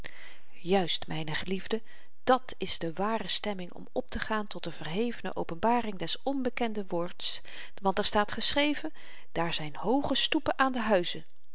juist myne geliefden dàt is de ware stemming om optegaan tot de verhevene openbaring des onbekenden woords want er staat geschreven daar zijn hooge stoepen aan de huizen